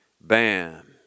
bam